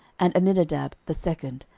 and abinadab the second,